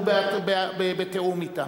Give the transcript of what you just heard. ובתיאום אתם.